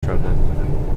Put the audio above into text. travel